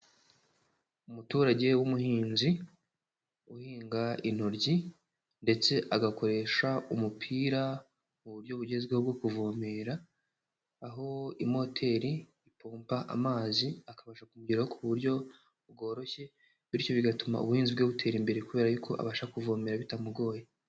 Umuturage w'umuhinzi uhinga intoryi, ndetse agakoresha umupira mu buryo bugezweho bwo kuvomerera, aho imoteri ipomba amazi akabasha kugeraho ku buryo bworoshye, bityo bigatuma ubuhinzi bwe butera imbere kubera yuko abasha kuvomerera bitamugoye.